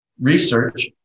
Research